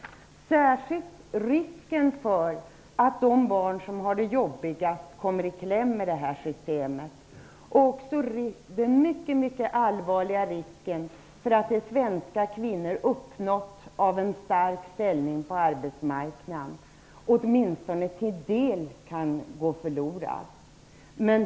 Det gäller särskilt risken för att de barn som har det jobbigast kommer i kläm i systemet och den mycket allvarliga risken för att det svenska kvinnor uppnått av en stark ställning på arbetsmarknaden åtminstone till dels kan gå förlorat.